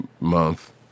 month